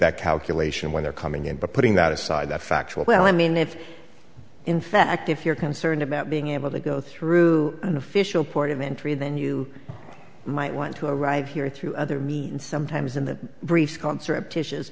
that calculation when they're coming in but putting that aside that factual well i mean if in fact if you're concerned about being able to go through an official port of entry then you might want to arrive here through other means sometimes in the brief concert